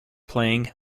playing